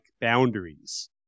boundaries